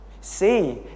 See